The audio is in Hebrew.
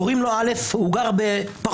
קוראים לו א', גר בפחון.